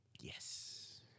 Yes